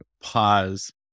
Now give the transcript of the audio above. pause